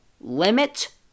limit